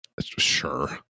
Sure